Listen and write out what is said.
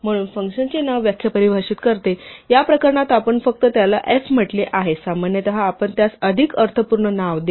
म्हणून फंक्शनचे नाव व्याख्या परिभाषित करते या प्रकरणात आपण फक्त त्याला f म्हटले आहे सामान्यतः आपण त्यास अधिक अर्थपूर्ण नावे देऊ